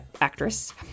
actress